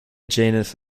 genus